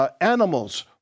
animals